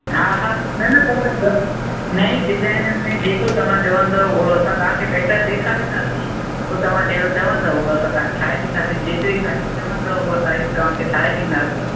हा हा न न तवां जाम नई डिजाइननि में जेको तव्हां चवंदव अहिड़ो असां तव्हांखे पैटन ॾेखारींदासीं पोइ तव्हां जहिड़ो चवंदव अहिड़ो असां तव्हांखे ठाहे ॾींदासीं जेतिरी साइज़ चवंदव उहा साइज़ तव्हांखे ठाहे ॾींदासीं